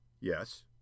Yes